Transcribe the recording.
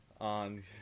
on